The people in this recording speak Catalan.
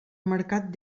mercat